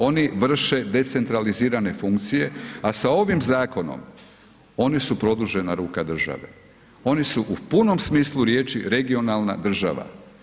Oni vrše decentralizirane funkcije, a sa ovim zakonom oni su produžena ruka države, oni su u punom smislu riječi regionalna država.